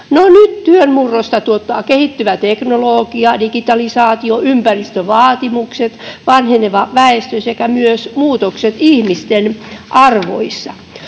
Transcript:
nyt työn murrosta tuottavat kehittyvä teknologia, digitalisaatio, ympäristövaatimukset, vanheneva väestö sekä myös muutokset ihmisten arvoissa.